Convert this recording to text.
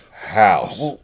House